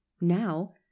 now